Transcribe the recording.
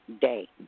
day